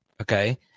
Okay